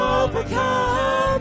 overcome